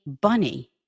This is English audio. bunny